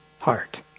heart